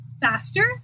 faster